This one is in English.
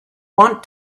want